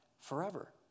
forever